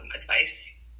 advice